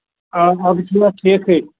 آ آ تُہۍ چھوا ٹھیٖکٕے